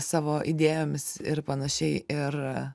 savo idėjomis ir panašiai ir